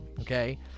okay